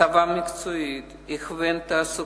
הסבה מקצועית, הכוון תעסוקתי.